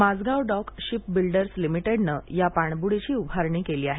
Mazgaon dock shipbuilders लिमिटेडनं या पाणबुडीची उभारणी केली आहे